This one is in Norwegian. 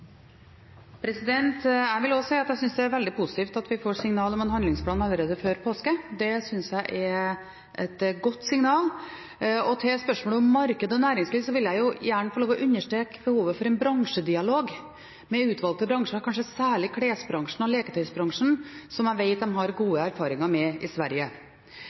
Det er veldig positivt at vi får signal om en handlingsplan allerede før påske. Det synes jeg er et godt signal. Til spørsmålet om marked og næringsliv vil jeg gjerne få lov å understreke behovet for en bransjedialog med utvalgte bransjer, kanskje særlig klesbransjen og leketøysbransjen, som jeg vet de har gode erfaringer med i Sverige.